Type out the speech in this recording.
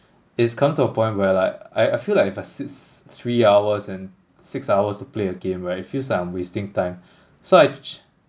it's come to a point where like I I feel like if I sit three hours and six hours to play a game right it feels like I'm wasting time so I tr~